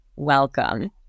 Welcome